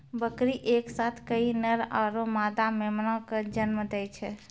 बकरी एक साथ कई नर आरो मादा मेमना कॅ जन्म दै छै